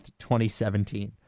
2017